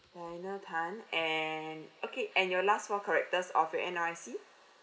diana tan and okay and your last four characters of your N_R_I_C